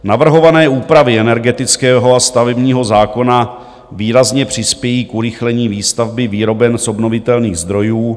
Navrhované úpravy energetického a stavebního zákona výrazně přispějí k urychlení výstavby výroben z obnovitelných zdrojů.